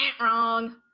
wrong